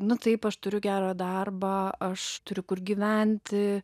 nu taip aš turiu gerą darbą aš turiu kur gyventi